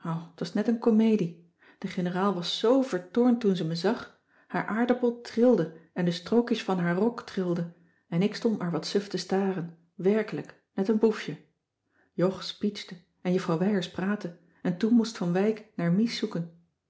t was net een comedie de generaal was zo vertoornd toen ze me zag haar aardappel trilde en de strookjes van haar rok trilden en ik stond maar wat suf te staren werkelijk net een boefje jog speechte en juffrouw wijers praatte en toen moest van wijk naar mies zoeken